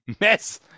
mess